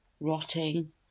rotting